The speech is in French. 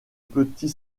petit